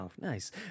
Nice